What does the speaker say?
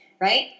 right